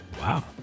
Wow